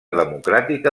democràtica